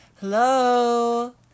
hello